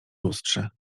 lustrze